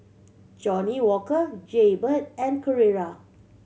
Johnnie Walker Jaybird and Carrera